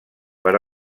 per